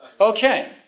Okay